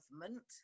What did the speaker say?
government